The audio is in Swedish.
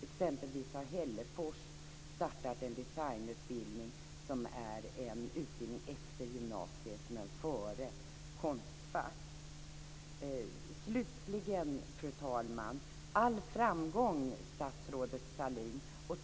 Exempelvis har man i Hällefors startat en designutbildning, avsedd för studier efter gymnasiet och före Konstfack. Slutligen, fru talman, önskar jag statsrådet Sahlin all framgång.